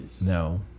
no